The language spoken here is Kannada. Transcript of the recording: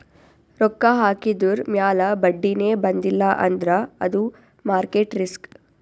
ರೊಕ್ಕಾ ಹಾಕಿದುರ್ ಮ್ಯಾಲ ಬಡ್ಡಿನೇ ಬಂದಿಲ್ಲ ಅಂದ್ರ ಅದು ಮಾರ್ಕೆಟ್ ರಿಸ್ಕ್